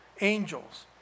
angels